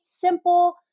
simple